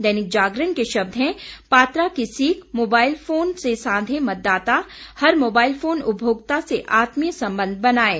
दैनिक जागरण के शब्द हैं पात्रा की सीख मोबाइल फोन से साधें मतदाता हर मोबाईल फोन उपभोक्ता से आत्मीय संबंध बनायें